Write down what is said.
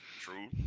True